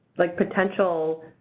like, potential